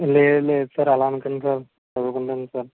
లేదు లేద్ సార్ అలా అనకండి సార్ చదువుకుంటాను సార్